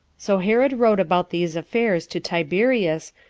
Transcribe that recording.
so herod wrote about these affairs to tiberius,